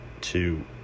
two